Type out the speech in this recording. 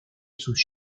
sus